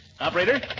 Operator